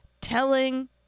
telling